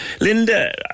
Linda